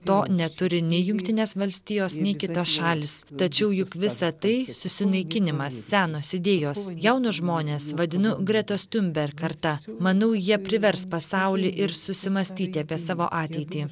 to neturi nei jungtinės valstijos nei kitos šalys tačiau juk visa tai susinaikinimas senos idėjos jaunus žmones vadinu gretos tumberg karta manau jie privers pasaulį ir susimąstyti apie savo ateitį